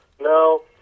no